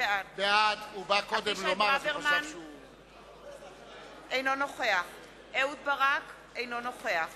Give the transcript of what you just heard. אבישי ברוורמן, אינו נוכח אהוד ברק, אינו נוכח